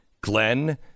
Glenn